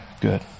good